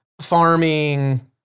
farming